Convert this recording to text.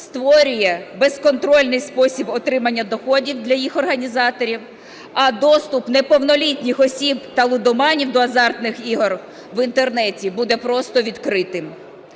створює безконтрольний спосіб отримання доходів для їх організаторів, а доступ неповнолітніх осіб та лудоманів до азартних ігор в Інтернеті буде просто відкритим.